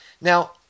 Now